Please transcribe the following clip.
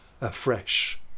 afresh